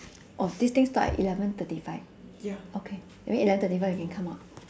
oh this thing stop at eleven thirty five okay that mean eleven thirty five we can come out